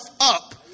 up